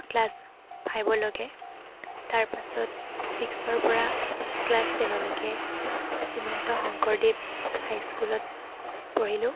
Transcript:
class ফাইভলৈকে তাৰপিছত ছিক্সৰ পৰা ক্লাছ টেনলৈকে শ্ৰীমন্ত শংকৰদেৱ হাইস্কুলত পঢ়িলোঁ